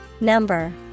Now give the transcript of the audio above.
Number